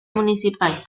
municipal